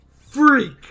Freak